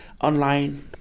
online